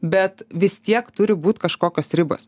bet vis tiek turi būt kažkokios ribos